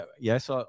Yes